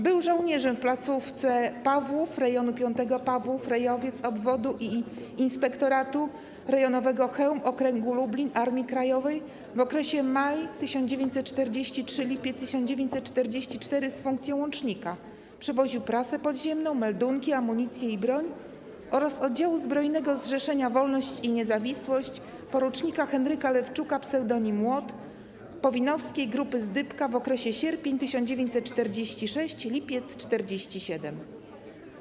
Był żołnierzem w placówce Pawłów rejonu V Pawłów - Rejowiec obwodu i Inspektoratu Rejonowego Chełm Okręgu Lublin Armii Krajowej w okresie maj 1943 r. - lipiec 1944 r. z funkcją łącznika - przywoził prasę podziemną, meldunki, amunicję i broń - a także oddziału zbrojnego Zrzeszenia „Wolność i Niezawisłość” por. Henryka Lewczuka pseudonim Młot i po-WiN-owskiego grupy „Zdybka” w okresie sierpień 1946 r. - lipiec 1947 r.